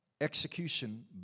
execution